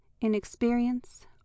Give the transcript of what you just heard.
inexperience